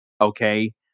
okay